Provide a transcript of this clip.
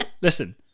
Listen